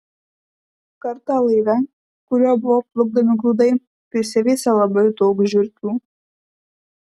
kartą laive kuriuo buvo plukdomi grūdai prisiveisė labai daug žiurkių